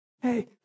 Hey